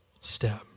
step